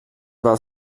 war